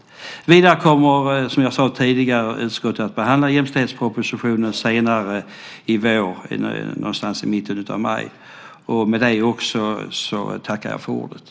Utskottet kommer, som tidigare sagts, att senare i vår - någon gång i mitten av maj - behandla jämställdhetspropositionen.